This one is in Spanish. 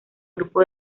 grupo